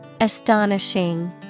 Astonishing